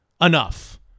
enough